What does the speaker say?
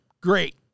great